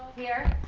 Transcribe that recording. here.